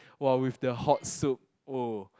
!wow! with the hot soup !wow!